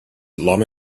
lama